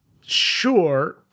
sure